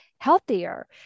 healthier